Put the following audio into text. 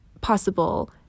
possible